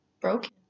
broken